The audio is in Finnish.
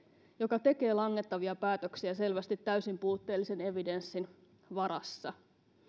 joka tekee langettavia päätöksiä selvästi täysin puutteellisen evidenssin varassa